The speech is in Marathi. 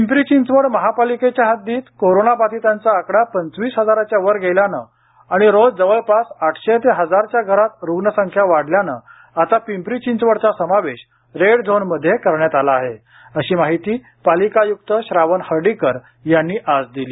पिंपरी चिंचवड महापालिकेच्या हद्दीत कोरोना बधितांचा आकडा पंचवीस हजाराच्यावर गेल्यानं आणि रोज जवळपास आठशे ते हजारच्या घरात रुग्ण संख्या वाढल्याने आता पिंपरी चिंचवडचा समावेश रेड झोनमध्ये करण्यात आला आहे अशी माहिती पालिका आयुक्त श्रावण हर्डीकर यांनी आज दिली